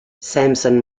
sampson